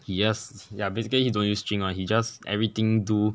he just ya basically he don't use string [one] he just everything do